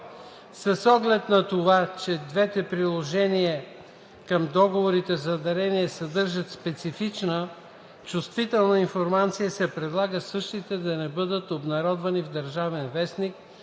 С оглед на това, че двете приложения I към договорите за дарение съдържат специфична (чувствителна) информация, се предлага същите да не бъдат обнародвани в „Държавен вестник“